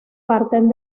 parten